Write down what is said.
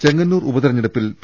ചെങ്ങന്നൂർ ഉപതിരഞ്ഞെടുപ്പിൽ പി